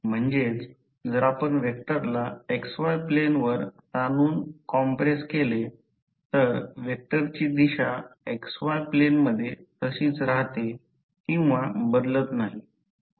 म्हणजेच जर आपण व्हेक्टरला XY प्लेनवर ताणून कॉम्प्रेस केले तर व्हेक्टरची दिशा XY प्लेनमध्ये तशीच राहते किंवा बदलत नाही